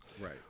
Right